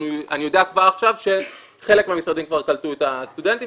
אני יודע כבר עכשיו שחלק מהמשרדים כבר קלטו את הסטודנטים